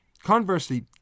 Conversely